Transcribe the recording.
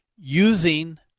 using